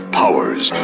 powers